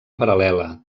paral·lela